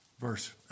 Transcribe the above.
Verse